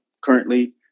currently